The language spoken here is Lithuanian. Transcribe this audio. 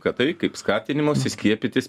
kad tai kaip skatinimosi skiepytis